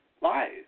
lies